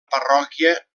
parròquia